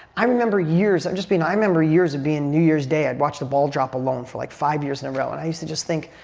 i remember years of just being, i remember years of being new year's day and i'd watch the ball drop alone for like five years in a row. and i used to just think,